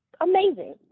amazing